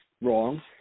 wrong